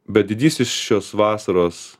bet didysis šios vasaros